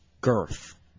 Girth